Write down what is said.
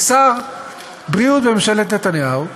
כשר בריאות בממשלת נתניהו,